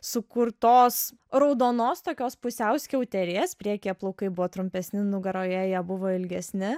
sukurtos raudonos tokios pusiau skiauterės priekyje plaukai buvo trumpesni nugaroje jie buvo ilgesni